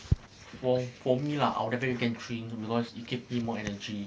for for me lah I will definitely get canned drink lah because it gives you more energy